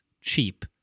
Cheap